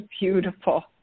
beautiful